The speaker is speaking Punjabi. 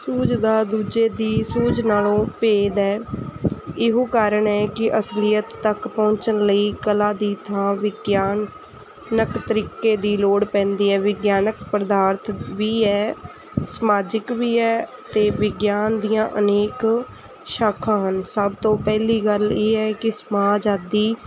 ਸੂਝ ਦਾ ਦੂਜੇ ਦੀ ਸੂਝ ਨਾਲੋਂ ਭੇਦ ਹੈ ਇਹੋ ਕਾਰਨ ਹੈ ਕਿ ਅਸਲੀਅਤ ਤੱਕ ਪਹੁੰਚਣ ਲਈ ਕਲਾ ਦੀ ਥਾਂ ਵਿਗਿਆਨਕ ਤਰੀਕੇ ਦੀ ਲੋੜ ਪੈਂਦੀ ਹੈ ਵਿਗਿਆਨਕ ਪਦਾਰਥ ਵੀ ਹੈ ਸਮਾਜਿਕ ਵੀ ਹੈ ਅਤੇ ਵਿਗਿਆਨ ਦੀਆਂ ਅਨੇਕ ਸ਼ਾਖਾ ਹਨ ਸਭ ਤੋਂ ਪਹਿਲੀ ਗੱਲ ਇਹ ਹੈ ਕਿ ਸਮਾਜ ਆਦੀ